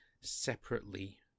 separately